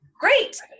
Great